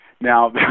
Now